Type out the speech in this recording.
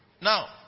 now